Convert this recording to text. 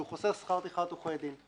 שהוא חוסך שכר טרחת עורכי דין.